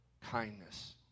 kindness